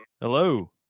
Hello